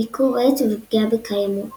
מיקור עץ ופגיעה בקיימות